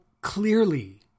clearly